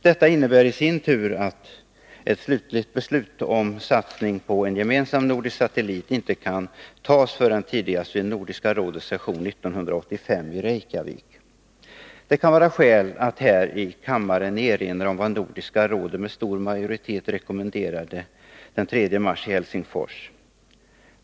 Detta innebär i sin tur att ett slutligt beslut om satsning på en gemensam nordisk satellit inte kan tas förrän tidigast vid Nordiska rådets session 1985 i Reykjavik. Det kan vara skäl att här i kammaren erinra om vad Nordiska rådet med stor majoritet rekommenderade den 3 mars i Helsingfors.